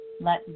let